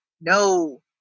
No